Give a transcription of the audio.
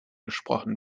gesprochen